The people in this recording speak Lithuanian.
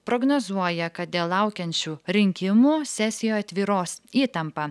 prognozuoja kad dėl laukiančių rinkimų sesijoje tvyros įtampa